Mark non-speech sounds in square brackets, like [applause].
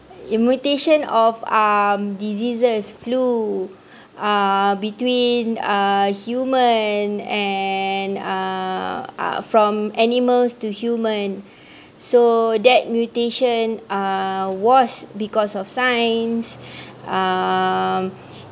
mutation of um diseases flu uh between uh human and and uh from animals to human [breath] so that mutation uh was because of science [breath] um